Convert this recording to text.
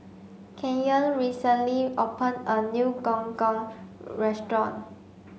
Kenyon recently open a new gong gong restaurant